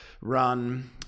run